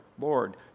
Lord